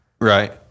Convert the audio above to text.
right